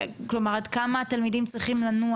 כלומר עד כמה התלמידים צריכים לנוע?